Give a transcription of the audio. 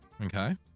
Okay